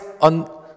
on